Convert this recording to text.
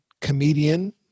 comedian